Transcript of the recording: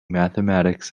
mathematics